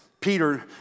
Peter